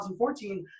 2014